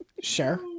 Sure